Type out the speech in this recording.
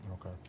Okay